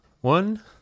one